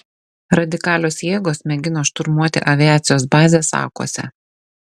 radikalios jėgos mėgino šturmuoti aviacijos bazę sakuose